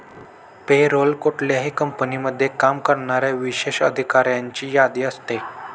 पे role कुठल्याही कंपनीमध्ये काम करणाऱ्या विशेष अधिकाऱ्यांची यादी असते